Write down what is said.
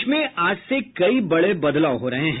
देश में आज से कई बड़े बदलाव हो रहे हैं